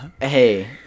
hey